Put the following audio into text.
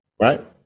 right